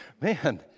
man